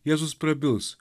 jėzus prabils